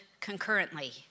concurrently